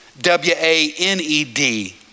W-A-N-E-D